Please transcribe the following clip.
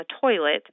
toilet